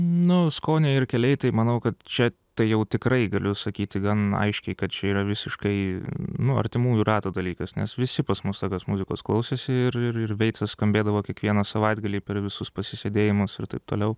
nu skoniai ir keliai tai manau kad čia tai jau tikrai galiu sakyti gan aiškiai kad čia yra visiškai nu artimųjų rato dalykas nes visi pas mus tokios muzikos klausosi ir ir ir veitsas skambėdavo kiekvieną savaitgalį per visus pasisėdėjimus ir taip toliau